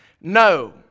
No